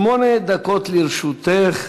שמונה דקות לרשותך.